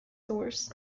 tours